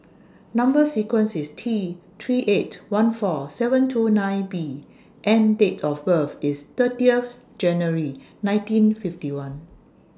Number sequence IS T three eight one four seven two nine B and Date of birth IS thirtieth January nineteen fifty one